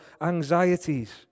anxieties